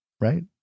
Right